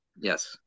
Yes